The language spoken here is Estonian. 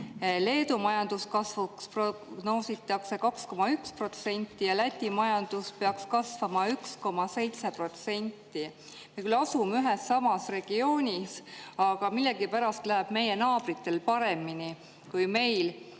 Leedu majanduskasvuks prognoositakse 2,1% ja Läti majandus peaks kasvama 1,7%. Me asume küll ühes ja samas regioonis, aga millegipärast läheb meie naabritel paremini kui meil.